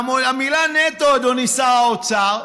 המילה "נטו", אדוני שר האוצר,